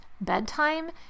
bedtime